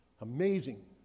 Amazing